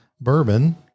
bourbon